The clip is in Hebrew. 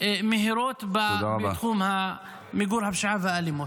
מהירות בתחום מיגור הפשיעה והאלימות.